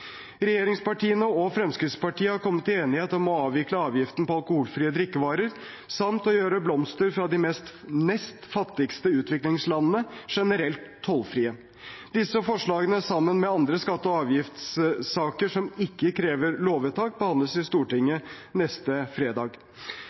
Regjeringspartiene og Fremskrittspartiet har kommet til enighet om å avvikle avgiften på alkoholfrie drikkevarer samt å gjøre blomster fra de nest fattigste utviklingslandene generelt tollfrie. Disse forslagene, sammen med andre skatte- og avgiftssaker som ikke krever lovvedtak, behandles i Stortinget